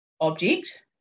object